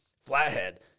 Flathead